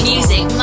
Music